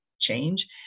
change